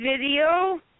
video